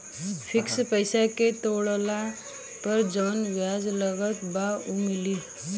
Fix पैसा के तोड़ला पर जवन ब्याज लगल बा उ मिली?